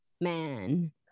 man